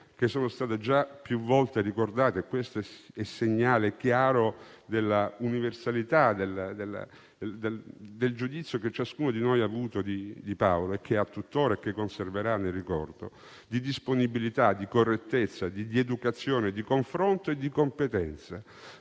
qualità umane, già più volte ricordate. Questo è segnale chiaro dell'universalità del giudizio che ciascuno di noi ha avuto di Paolo, che ha tutt'ora e che conserverà nel ricordo, di disponibilità, di correttezza, di educazione, di confronto e di competenza.